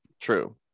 True